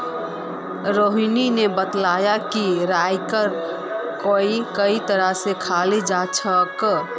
रोहिणी बताले कि राईक कई तरह स खाल जाछेक